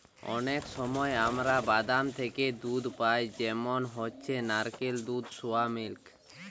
অনেক সময় আমরা বাদাম থিকে দুধ পাই যেমন হচ্ছে নারকেলের দুধ, সোয়া মিল্ক